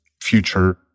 future